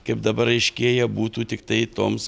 kaip dabar aiškėja būtų tiktai toms